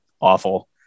awful